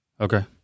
Okay